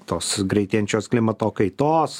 tos greitėjančios klimato kaitos